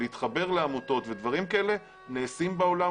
להתחבר לעמותות ודברים כאלה נעשים בעולם.